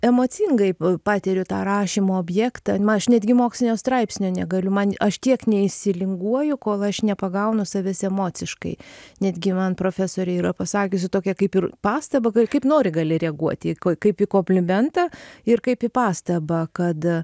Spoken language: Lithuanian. emocingai patiriu tą rašymo objektą n aš netgi mokslinio straipsnio negaliu man aš tiek neįsilinguoju kol aš nepagaunu savęs emociškai netgi man profesorė yra pasakiusi tokią kaip ir pastabą kad kaip nori gali reaguoti kaip į komplimentą ir kaip į pastabą kad